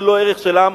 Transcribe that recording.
זה לא ערך של העם.